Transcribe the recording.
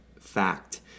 fact